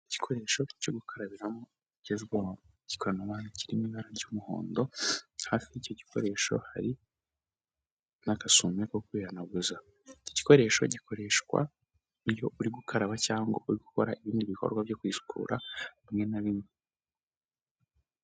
Igikoresho cyo gukarabiramo kigezweho, kikaba kiri mu ibara ry'umuhondo, hafi y'icyo gikoresho hari n'agasume ko kwihanaguza, iki gikoresho gikoreshwa iyo uri gukaraba cyangwa uri gukora ibindi bikorwa byo kwisukura bimwe na bimwe.